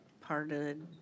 parted